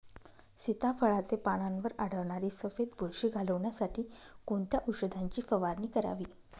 सीताफळाचे पानांवर आढळणारी सफेद बुरशी घालवण्यासाठी कोणत्या औषधांची फवारणी करावी?